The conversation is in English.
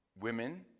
women